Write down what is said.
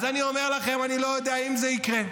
אז אני אומר לכם, אני לא יודע אם זה יקרה,